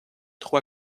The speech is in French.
trop